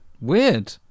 Weird